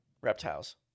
Reptiles